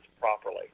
properly